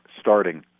starting